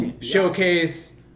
showcase